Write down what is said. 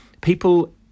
People